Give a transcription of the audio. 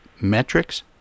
metrics